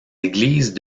églises